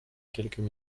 quelques